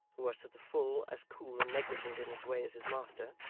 who was to the full as cool and negligent in his way as his master,